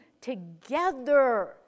together